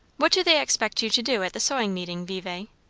what do they expect you to do at the sewing meeting, vevay?